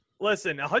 Listen